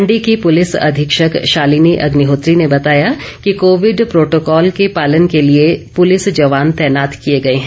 मंडी की पुलिस अधीक्षक शालिनी अग्निहोत्री ने बताया कि कोविड प्रोटोकॉल के पालन के लिए पुलिस जवान तैनात किर्ये गए है